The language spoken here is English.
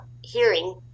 hearing